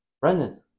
Brendan